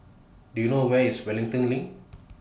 Do YOU know Where IS Wellington LINK